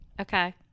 Okay